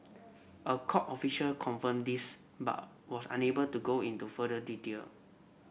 a court official confirmed this but was unable to go into further detail